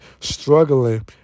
struggling